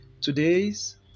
Today's